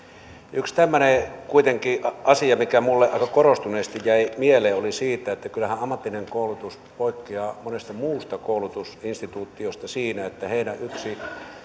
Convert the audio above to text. yksi tämmöinen asia mikä minulle aika korostuneesti jäi mieleen oli se että kyllähän ammatillinen koulutus poikkeaa monesta muusta koulutusinstituutiosta siinä että heidän yksi